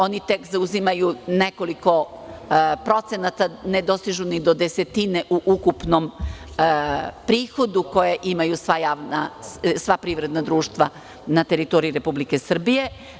Oni tek zauzimaju nekoliko procenata, ne dosežu ni do desetine u ukupnom prihodu koja imaju sva privredna društva na teritoriji Republike Srbije.